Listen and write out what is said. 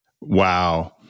Wow